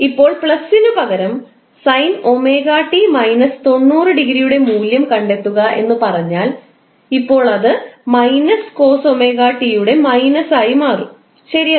ഇപ്പോൾ പ്ലസിനുപകരം sin𝜔𝑡 − 90 യുടെ മൂല്യം കണ്ടെത്തുക എന്ന് പറഞ്ഞാൽ ഇപ്പോൾ ഇത് − cos 𝜔𝑡 യുടെ മൈനസ് ആയി മാറും ശരിയല്ലേ